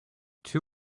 two